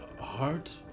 heart